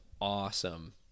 awesome